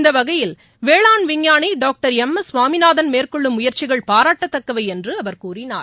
இந்தவகையில் வேளாண் விஞ்ஞானிடாக்டர் M S Swaminathan மேற்கொள்ளும் முயற்சிகள் பாராட்டத்தக்கவைஎன்றுஅவர் கூறினார்